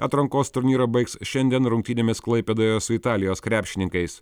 atrankos turnyrą baigs šiandien rungtynėmis klaipėdoje su italijos krepšininkais